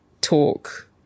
talk